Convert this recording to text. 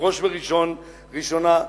ראש וראשונה,